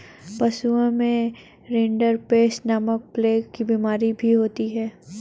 पशुओं में रिंडरपेस्ट नामक प्लेग की बिमारी भी होती है